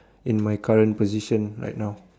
in my current position right now